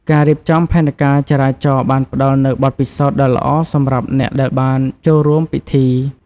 ការរៀបចំផែនការចរាចរណ៍បានផ្តល់នូវបទពិសោធន៍ដ៏ល្អសម្រាប់អ្នកដែលបានចូលរួមពិធី។